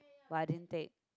but I didn't take